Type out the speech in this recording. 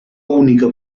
única